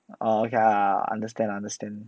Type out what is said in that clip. oh okay lah understand understand